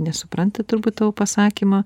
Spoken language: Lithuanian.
nesupranta turbūt tavo pasakymą